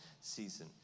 season